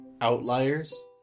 outliers